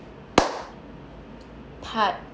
part